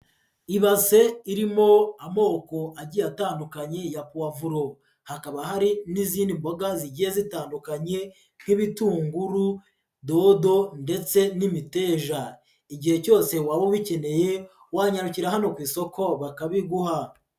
Ibase irimo amoko agiye atandukanye ya puwavuro, hakaba hari n'izindi mboga zigiye zitandukanye nk'ibitunguru, dodo ndetse n'imiteja. Igihe cyose waba ubikeneye, wanwanya rucyira hano ku isoko bakabiguha.